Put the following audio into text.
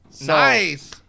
Nice